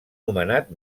nomenat